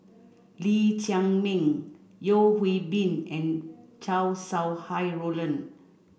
Lee Chiaw Meng Yeo Hwee Bin and Chow Sau Hai Roland